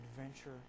adventure